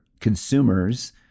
consumers